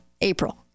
April